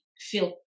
feel